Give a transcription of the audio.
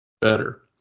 Better